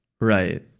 Right